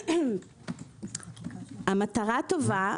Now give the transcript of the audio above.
המטרה טובה,